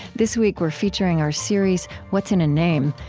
this week, we're featuring our series what's in a name?